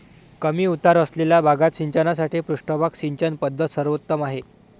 कमी उतार असलेल्या भागात सिंचनासाठी पृष्ठभाग सिंचन पद्धत सर्वोत्तम आहे